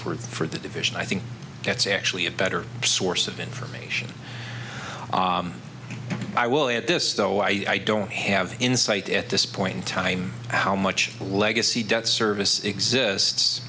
for the division i think that's actually a better source of information i will at this though i don't have insight at this point in time how much legacy debt service exists